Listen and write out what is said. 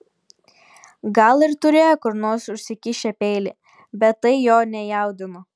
gal ir turėjo kur nors užsikišę peilį bet tai jo nejaudino